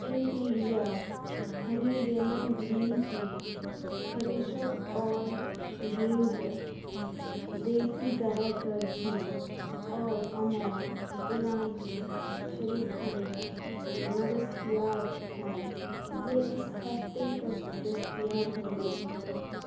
Imperia honey lemon green tea Fresho organic دیسی گائے کا گھی اور امول الائچی شریکھنڈ نا دستیاب ہیں یہ اس ہفتے تک دستیاب ہوں گے